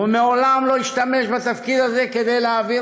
הוא מעולם לא השתמש בתפקיד הזה כדי להעביר